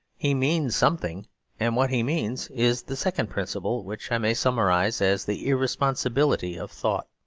he means something and what he means is the second principle, which i may summarise as the irresponsibility of thought.